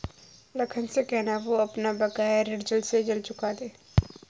लखन से कहना, वो अपना बकाया ऋण जल्द से जल्द चुका दे